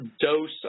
dose